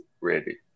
ready